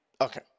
Okay